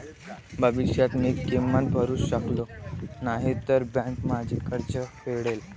भविष्यात मी किंमत भरू शकलो नाही तर बँक माझे कर्ज फेडेल